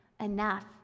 enough